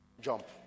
jump